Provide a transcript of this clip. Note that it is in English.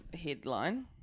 headline